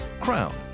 Crown